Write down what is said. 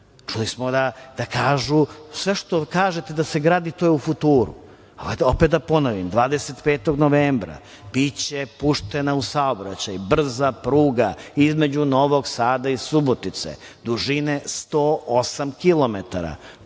Čuli smo da kažu – sve što kažete da se gradi to je u futuru. Opet da ponovim 25. novembra biće puštena u saobraćaj brza pruga između Novog Sada i Subotice, dužine 108 kilometara.